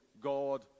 God